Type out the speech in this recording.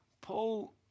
Paul